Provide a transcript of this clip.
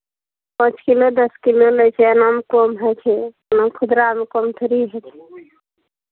पाँच किलो दस किलो लै छै एनामे कम होइ छै एना खुदरामे कम थोड़ी होइ छै